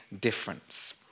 difference